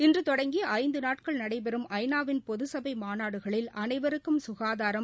இன்று தொடங்கி ஐந்து நாட்கள் நடைபெறும் ஐ நா வின் பொது சபை மாநாடுகளில் அனைவருக்கும் சுகாதாரம்